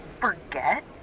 forget